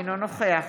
אינו נוכח